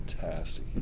fantastic